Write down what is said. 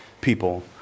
people